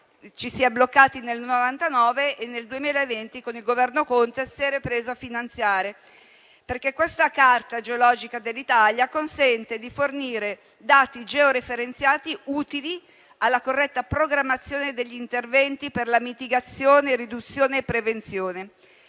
ci si è bloccati nel 1999 e nel 2020, con il Governo Conte, si è ripreso a finanziarlo. La Carta geologica dell'Italia consente di fornire dati georeferenziati utili alla corretta programmazione degli interventi per la mitigazione, la riduzione e la prevenzione.